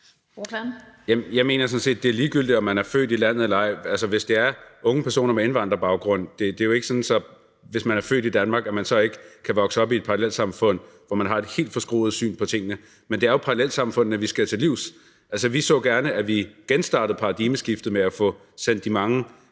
Jeg mener sådan set, det er ligegyldigt, om man er født i landet eller ej, hvis det er unge personer med indvandrerbaggrund. Det er jo ikke sådan, at hvis man er født i Danmark, kan man ikke vokse op i et parallelsamfund, hvor man har et helt forskruet syn på tingene. Men det er jo parallelsamfundene, vi skal til livs. Vi så gerne, at vi genstartede paradigmeskiftet med at få sendt de mange flygtninge,